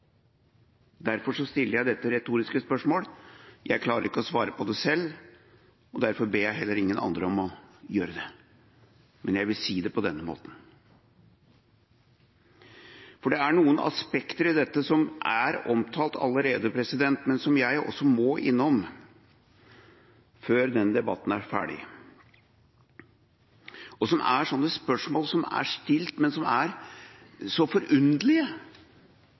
Derfor stiller jeg dette retoriske spørsmålet. Jeg klarer ikke å svare på det selv, og derfor ber jeg heller ingen andre om å gjøre det, men jeg vil si det på denne måten. Det er noen aspekter i dette som er omtalt allerede, men som jeg også må innom før denne debatten er ferdig; spørsmål som er stilt, men som er så forunderlige.